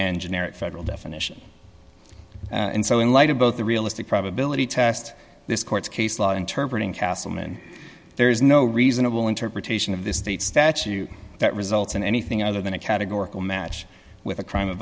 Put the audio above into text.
and generic federal definition and so in light of both the realistic probability test this court case law interpreted castleman there is no reasonable interpretation of this state statute that results in anything other than a categorical match with a crime of